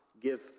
Give